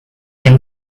yang